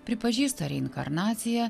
pripažįsta reinkarnaciją